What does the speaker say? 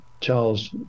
Charles